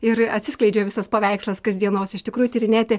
ir atsiskleidžia visas paveikslas kasdienos iš tikrųjų tyrinėti